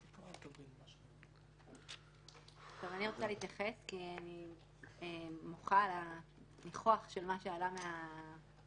אני מניח שמשרדי הממשלה,